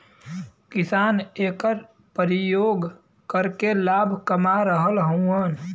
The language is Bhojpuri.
किसान एकर परियोग करके लाभ कमा रहल हउवन